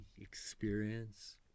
experience